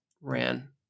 ran